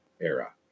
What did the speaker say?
era